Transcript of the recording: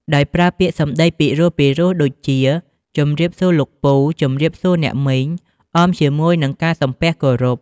ដោយប្រើប្រាស់ពាក្យសម្ដីពីរោះៗ ដូចជា ជម្រាបសួរលោកពូ ជម្រាបសួរអ្នកមីង អមជាមួយនឹងការសំពះគោរព។